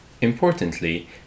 Importantly